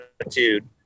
attitude